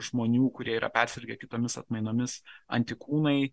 žmonių kurie yra persirgę kitomis atmainomis antikūnai